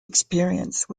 experience